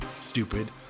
stupid